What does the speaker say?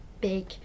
big